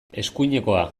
eskuinekoa